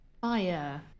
fire